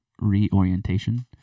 reorientation